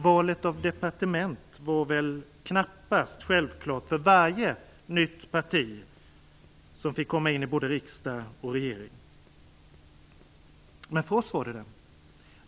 Valet av departement är knappast självklart för varje nytt parti som får komma in i både riksdag och regering, men det var det för oss.